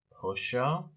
pusher